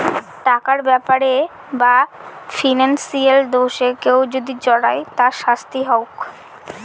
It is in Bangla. টাকার ব্যাপারে বা ফিনান্সিয়াল দোষে কেউ যদি জড়ায় তার শাস্তি হোক